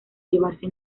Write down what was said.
llevarse